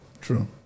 True